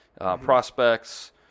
prospects